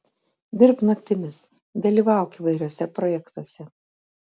dirbk naktimis dalyvauk įvairiuose projektuose